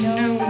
no